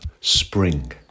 Spring